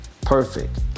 perfect